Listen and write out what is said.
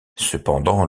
cependant